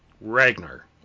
Ragnar